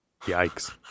yikes